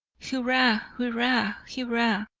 hurrah! hurrah! hurrah!